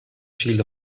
shield